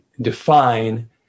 define